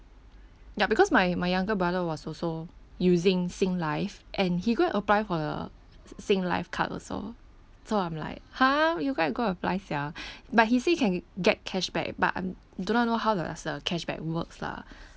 ya because my my younger brother was also using singlife and he go and apply for the s~ Singlife card also so I'm like !huh! you why you go apply sia but he say can get cashback but I do not know how does the cashback works lah